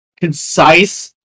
concise